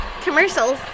Commercials